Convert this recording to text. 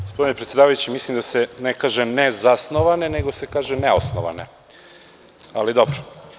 Gospodine predsedavajući, mislim da se ne kaže nezasnovane, nego se kaže neosnovane, ali dobro.